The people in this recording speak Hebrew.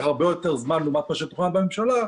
הרבה יותר זמן לעומת מה שתוכנן בממשלה,